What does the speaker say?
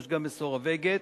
יש גם מסורבי גט,